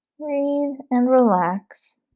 breathe and relax